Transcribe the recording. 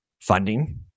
funding